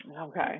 okay